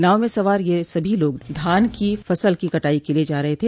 नाव में सवार यह सभी लोग धान की फसल की कटाई के लिये जा रहे थे